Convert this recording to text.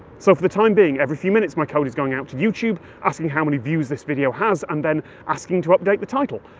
so for the time being, every few minutes, my code is going out to youtube, asking how many views this video has, and then asking to update the title.